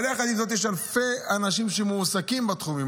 אבל יחד עם זאת, יש אלפי אנשים שמועסקים בתחומים.